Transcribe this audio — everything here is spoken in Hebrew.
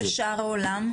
מה עושים בשאר העולם?